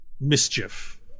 mischief